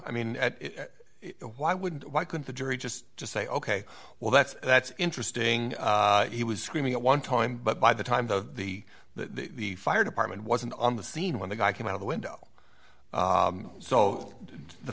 i mean why wouldn't why couldn't the jury just just say ok well that's that's interesting he was screaming at one time but by the time the the the the fire department wasn't on the scene when the guy came out of the window so the